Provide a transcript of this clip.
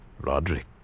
Roderick